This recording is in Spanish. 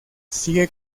sigue